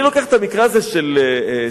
אני לוקח את המקרה הזה של סילמן,